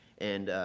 and,